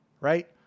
right